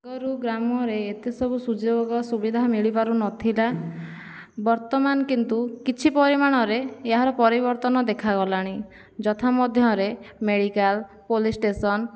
ଆଗରୁ ଗ୍ରାମରେ ଏତେ ସବୁ ସୁଯୋଗ ସୁବିଧା ମିଳିପାରୁନଥିଲା ବର୍ତ୍ତମାନ କିନ୍ତୁ କିଛି ପରିମାଣରେ ଏହାର ପରିବର୍ତ୍ତନ ଦେଖାଗଲାଣି ଯଥା ମଧ୍ୟରେ ମେଡିକାଲ ପୋଲିସ୍ ଷ୍ଟେସନ